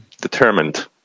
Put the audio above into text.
determined